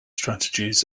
strategies